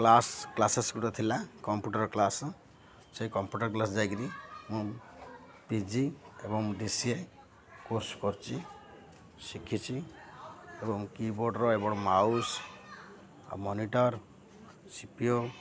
class classes ଗୋଟେ ଥିଲା computer class ସେଇ କମ୍ପ୍ୟୁଟର କ୍ଲାସ୍ ଯାଇକିରି ମୁଁ ପି ଜି ଏବଂ ଡି ସି ଏ କୋର୍ସ କରିଛି ଶିଖିଛି ଏବଂ କିବୋର୍ଡ଼ର ମାଉସ ଆଉ ମନିଟର ସି ପି ୟୁ